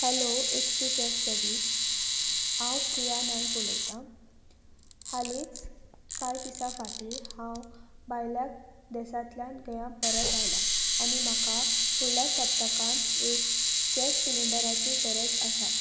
hello H P gas service हांव प्रिया नायक उलयतां हालींच कांय दिसा फाटीं हांव भायल्या देसांतल्यान गोंया परत आयलां आनी म्हाका फुडल्या सप्तकांत एक गॅस सिलिंडराची गरज आसा